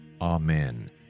Amen